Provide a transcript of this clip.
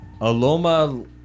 Aloma